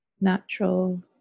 natural